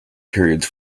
periods